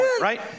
right